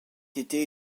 été